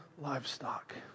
livestock